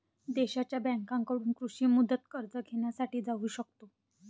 देशांच्या बँकांकडून कृषी मुदत कर्ज घेण्यासाठी जाऊ शकतो